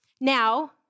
now